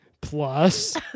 Plus